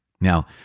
now